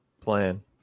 plan